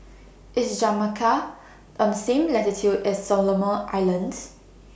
IS Jamaica on same latitude as Solomon Islands